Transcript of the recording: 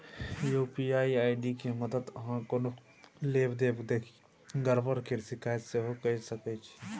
UPI ID के मददसँ अहाँ कोनो लेब देब देखि गरबरी केर शिकायत सेहो कए सकै छी